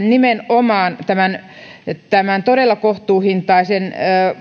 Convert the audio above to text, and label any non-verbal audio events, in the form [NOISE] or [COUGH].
[UNINTELLIGIBLE] nimenomaan todella kohtuuhintaisella